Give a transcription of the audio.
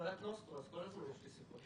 הרגולטור אומר אין מצב שאפשר לעצור דבר שכזה.